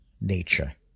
nature